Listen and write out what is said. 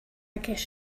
guess